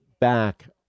back